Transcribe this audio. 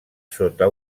sota